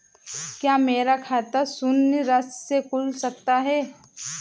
क्या मेरा खाता शून्य राशि से खुल सकता है?